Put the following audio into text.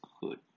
good